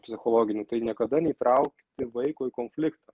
psichologiniu tai niekada neįtraukti vaiko į konfliktą